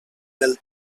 del